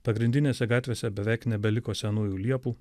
pagrindinėse gatvėse beveik nebeliko senųjų liepų